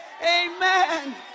Amen